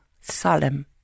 solemn